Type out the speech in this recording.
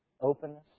openness